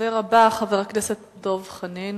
הדובר הבא הוא חבר הכנסת דב חנין,